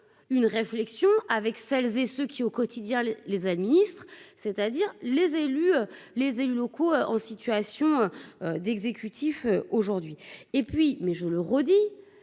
une réflexion avec celles et ceux qui au quotidien les administre, c'est-à-dire les élus, les élus locaux en situation d'exécutif aujourd'hui et puis mais je le redis,